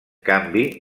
canvi